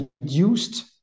reduced